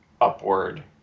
upward